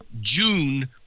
june